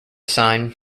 sign